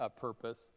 purpose